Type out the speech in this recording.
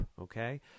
Okay